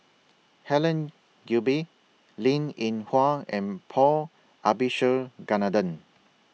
Helen Gilbey Linn in Hua and Paul Abisheganaden